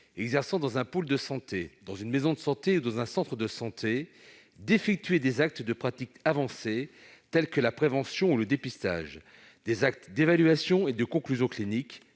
exerçant dans un pôle de santé, dans une maison de santé ou dans un centre de santé d'effectuer des actes de pratiques avancées tels que la prévention ou le dépistage, des actes d'évaluation et de conclusion clinique,